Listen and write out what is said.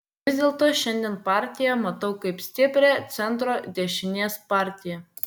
vis dėlto šiandien partiją matau kaip stiprią centro dešinės partiją